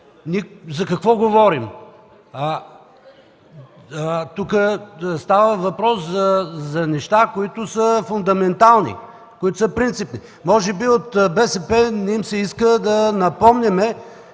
за какво говорим? Тук става въпрос за неща, които са фундаментални, които са принципни. Може би от БСП не им се иска да напомним